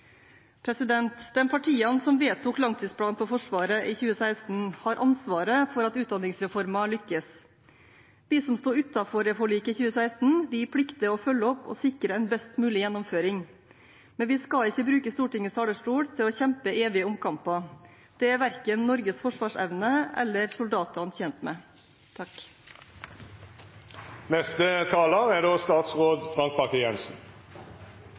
partiene som vedtok langtidsplanen for Forsvaret i 2016, har ansvaret for at utdanningsreformen lykkes. Vi som sto utenfor forliket i 2016, plikter å følge opp og sikre en best mulig gjennomføring. Men vi skal ikke bruke Stortingets talerstol til å kjempe evige omkamper. Det er verken Norges forsvarsevne eller soldatene tjent med. Jeg vil takke for muligheten til å redegjøre for Forsvarets viktige utdanningsreform. Reformen er